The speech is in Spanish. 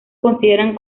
consideran